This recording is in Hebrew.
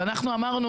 אנחנו אמרנו